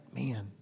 Man